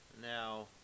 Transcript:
Now